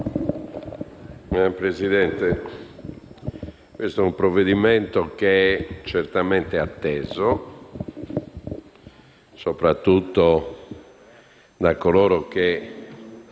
Presidente, questo provvedimento è certamente atteso soprattutto da coloro che